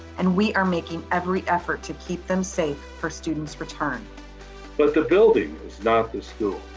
and we are making every effort to keep them safe for students' return. but the building is not the school.